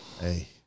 hey